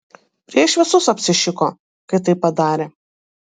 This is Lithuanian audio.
prieš visus apsišiko kai taip padarė